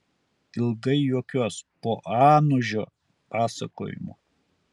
ilgai juokiuos po anužio pasakojimo